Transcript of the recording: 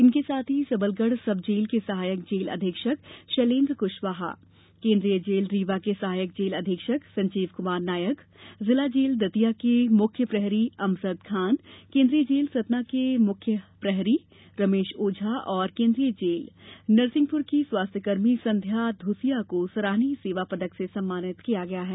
इनके साथ ही सबलगढ सब जेल के सहायक जेल अधीक्षक शैलेन्द्र कुशवाहा केन्द्रीय जेल रीवा के सहायक जेल अधीक्षक संजीव कमार नायक जिला जेल दतिया के मुख्य प्रहरी अमजद खान केन्द्रीय जेल सतना के मुख्य प्रहरी रमेश ओझा और केन्द्रीय जेल नरसिंहपुर की स्वास्थ्यकर्मी संध्या धूसिया को सराहनीय सेवा पदक से सम्मानित किया गया है